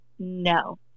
No